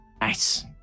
Nice